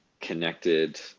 connected